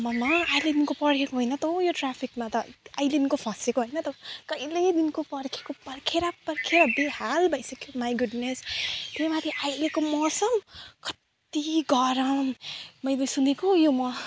आम्मामा अहिलेदेखिको पर्खेको होइन त हौ यो ट्राफिकमा त अहिलेदेखिको फसेको होइन त कहिलेदेखिको पर्खेको पर्खेर बेहाल भइसक्यो माई गुडनेस त्यही माथि अहिलेको मौसम कति गरम मैले सुनेको यो म